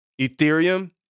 Ethereum